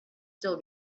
still